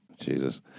Jesus